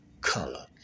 color